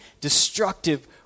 destructive